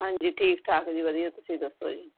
ਹਾਂਜੀ ਠੀਕ ਠਾਕ ਜੀ ਵਧੀਆ ਤੁਸੀਂ ਦੱਸੋ ਜੀ